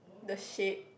the shape